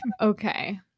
Okay